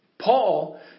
Paul